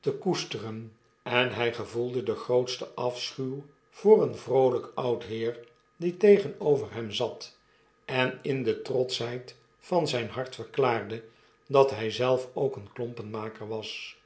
te koesteren en hij gevoelde den grootsten afschuw voor een vrooljjk oud heer die tegenover hem zat en in de trotschheid van zijn hart verklaarde dat hij zelf ook een klompenmaker was